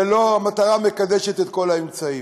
ולא המטרה מקדשת את כל האמצעים.